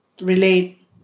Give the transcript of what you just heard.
relate